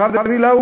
הרב דוד לאו,